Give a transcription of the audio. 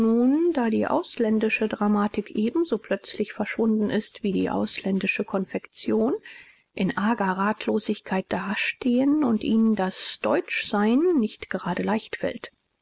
da die ausländische dramatik ebenso plötzlich verschwunden ist wie die ausländische konfektion in arger ratlosigkeit dastehen und ihnen das deutsch sein nicht gerade leicht fällt